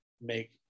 make